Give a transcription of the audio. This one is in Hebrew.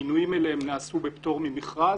המינויים האלה נעשו בפטור ממכרז.